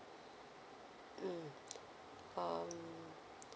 mm um